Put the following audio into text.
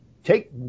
take